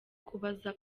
kubaza